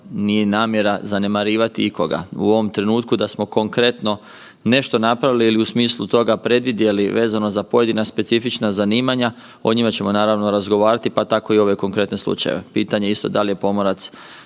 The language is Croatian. nije namjera zanemarivati ikoga. U ovom trenutku da smo konkretno nešto napravili ili u smislu toga predvidjeli vezano za pojedina specifična zanimanja o njima ćemo naravno razgovarati pa tako i ove konkretne slučajeve. Pitanje isto da li je pomorac